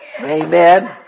Amen